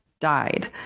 died